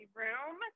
room